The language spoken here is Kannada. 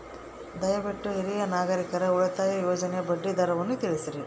ದಯವಿಟ್ಟು ಹಿರಿಯ ನಾಗರಿಕರ ಉಳಿತಾಯ ಯೋಜನೆಯ ಬಡ್ಡಿ ದರವನ್ನು ತಿಳಿಸ್ರಿ